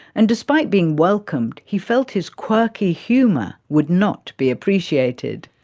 and despite being welcomed, he felt his quirky humour would not be appreciated.